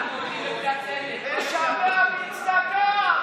אנחנו הולכים לפי הצדק.